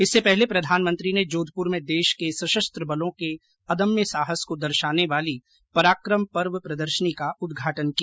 इससे पहर्ले प्रधानमंत्री ने जोधपुर में देश के सशस्त्र बलों के अदम्य साहस को दर्शाने वाली पराक्रम पर्व प्रदर्शनी का उद्घाटन किया